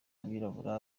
abirabura